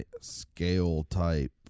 scale-type